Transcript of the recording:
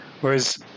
Whereas